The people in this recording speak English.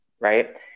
right